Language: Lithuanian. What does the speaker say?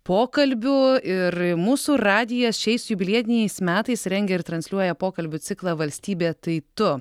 pokalbių ir mūsų radijas šiais jubiliejiniais metais rengia ir transliuoja pokalbių ciklą valstybė tai tu